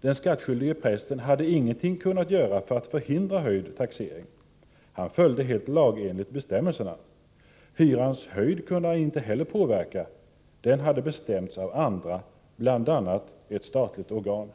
Den skattskyldige prästen hade ingenting kunnat göra för att förhindra höjd taxering — han följde helt lagenligt bestämmelserna. Hyrans storlek kunde han inte heller påverka. Den hade bestämts av andra, bl.a. ett statligt organ.